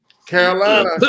Carolina